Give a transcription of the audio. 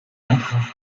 eintracht